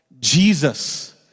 Jesus